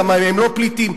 כמה מהם לא פליטים,